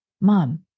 Mom